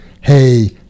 Hey